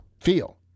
feel